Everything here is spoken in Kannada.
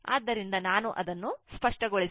ಆದ್ದರಿಂದ ನಾನು ಅದನ್ನು ಸ್ಪಷ್ಟಗೊಳಿಸುತ್ತೇನೆ